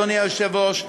אדוני היושב-ראש,